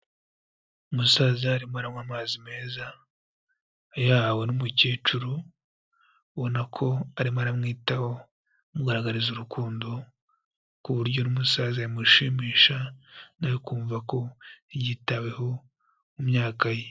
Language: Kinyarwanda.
Umusaza arimo aranywa amazi meza ayahawe n'umukecuru ubona ko arimo aramwitaho amugaragariza urukundo ku buryo n'umusaza yamushimisha nawe akumva ko yitaweho mu myaka ye.